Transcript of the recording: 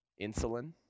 insulin